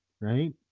right